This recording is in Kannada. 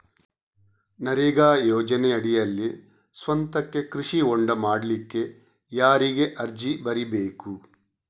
ನರೇಗಾ ಯೋಜನೆಯಡಿಯಲ್ಲಿ ಸ್ವಂತಕ್ಕೆ ಕೃಷಿ ಹೊಂಡ ಮಾಡ್ಲಿಕ್ಕೆ ಯಾರಿಗೆ ಅರ್ಜಿ ಬರಿಬೇಕು?